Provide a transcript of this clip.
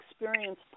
experience